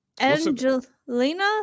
Angelina